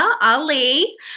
Ali